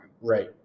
Right